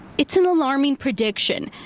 it's an alarming prediction.